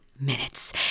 minutes